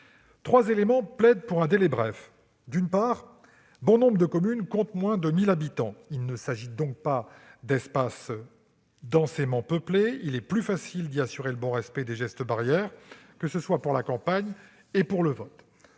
Trois éléments plaident en faveur d'un délai bref. D'abord, bon nombre de communes comptent moins de 1 000 habitants. Il ne s'agit donc pas d'espaces densément peuplés, et il est par conséquent plus facile d'y assurer le bon respect des gestes barrières, tant pour la campagne que pour le vote.